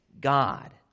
God